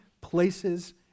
places